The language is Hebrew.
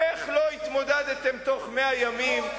איך לא התמודדתם בתוך 100 ימים,